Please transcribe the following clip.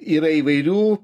yra įvairių